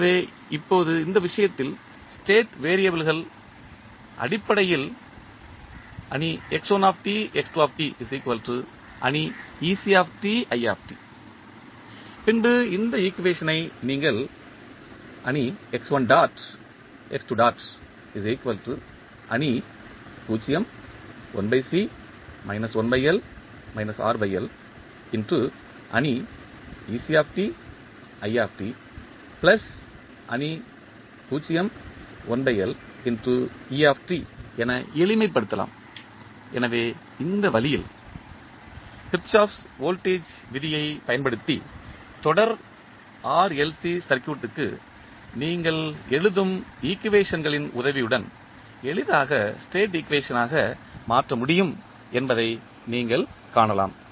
எனவே இப்போது இந்த விஷயத்தில் ஸ்டேட் வெறியபிள்கள் அடிப்படையில் பின்பு இந்த ஈக்குவேஷன் ஐ நீங்கள் என எளிமைப்படுத்தலாம் எனவே இந்த வழியில் கிர்ச்சோஃப் வோல்டேஜ் விதியைப் பயன்படுத்தி தொடர் RLC சர்க்யூட் க்கு நீங்கள் எழுதும் ஈக்குவேஷன்களின் உதவியுடன் எளிதாக ஸ்டேட் இக்குவேஷன் ஆக மாற்ற முடியும் என்பதை நீங்கள் காணலாம்